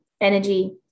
energy